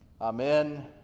Amen